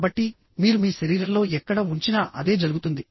కాబట్టి మీరు మీ శరీరంలో ఎక్కడ ఉంచినా అదే జరుగుతుంది